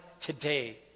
today